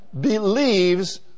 believes